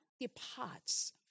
departs